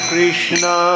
Krishna